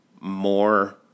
more